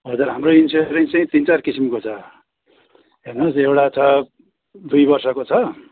हजार हाम्रो इन्सुरेन्स चाहिँ तिन चार किसिमको छ हेर्नुहोस् एउटा छ दुई वर्षको छ